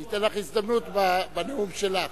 אני אתן לך הזדמנות בנאום שלך.